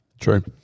true